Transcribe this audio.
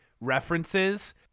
references